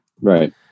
Right